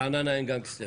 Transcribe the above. ברעננה אין גנגסטרים.